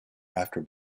after